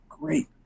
great